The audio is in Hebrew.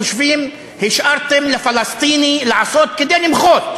חושבים שהשארתם לפלסטיני לעשות כדי למחות,